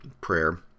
Prayer